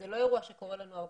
זה לא אירוע שקורה לנו הרבה.